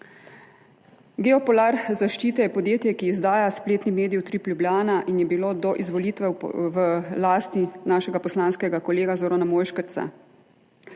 Geopolar Zaščite je podjetje, ki izdaja spletni medij Utrip Ljubljane in je bilo do izvolitve v lasti našega poslanskega kolega Zorana Mojškerca.